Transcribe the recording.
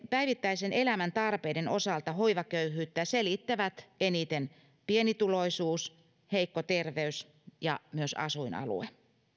päivittäisen elämän tarpeiden osalta hoivaköyhyyttä selittävät eniten pienituloisuus heikko terveys ja myös asuinalue